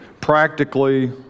practically